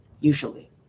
usually